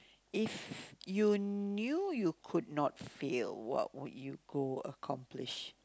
if you knew you could not fail what would you go accomplish